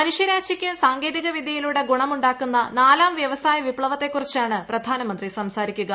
മനുഷ്യരാശിക്ക് സാങ്കേതിക വിദ്യയിലൂടെ ഗുണമുണ്ടാക്കുന്ന നാലാം വൃപ്പസായ വിപ്തവത്തെക്കുറിച്ചാണ് പ്രധാനമന്ത്രി സ്റ്സാരിക്കുക